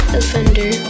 offender